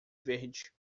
verde